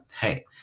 hey